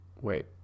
Wait